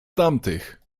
tamtych